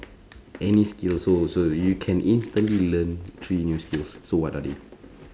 any skills so so you can instantly learn three new skills so what are they